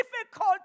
difficult